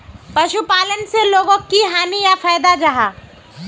पशुपालन से लोगोक की हानि या फायदा जाहा?